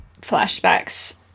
flashbacks